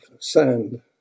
sand